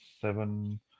seven